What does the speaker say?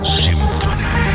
symphony